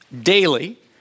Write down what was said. daily